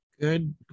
Good